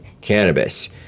cannabis